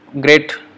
great